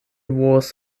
was